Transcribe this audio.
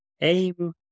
Aim